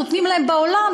שנותנים להם בעולם,